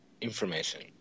information